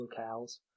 locales